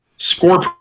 score